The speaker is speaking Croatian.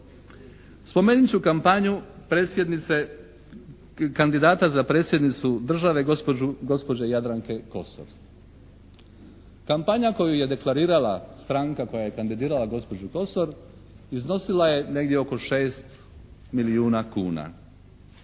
Spomenut ću kampanju predsjednice, kandidata za predsjednicu države gospođe Jadranke Kosor. Kampanja koju je deklarirala stranka koja je kandidirala gospođu Kosor iznosila je negdje oko 6 milijuna kuna.